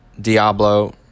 Diablo